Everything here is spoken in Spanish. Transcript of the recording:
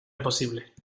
imposible